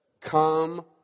Come